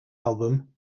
album